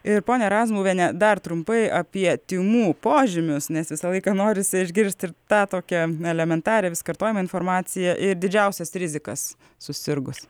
ir ponia razmuviene dar trumpai apie tymų požymius nes visą laiką norisi išgirsti ir tą tokią elementarią vis kartojama informacija ir didžiausias rizikas susirgus